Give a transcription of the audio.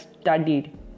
studied